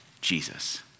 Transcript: Jesus